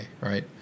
right